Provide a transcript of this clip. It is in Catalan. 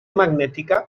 magnètica